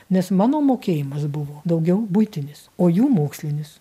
nes mano mokėjimas buvo daugiau buitinis o jų mokslinis